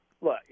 look